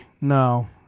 No